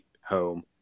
home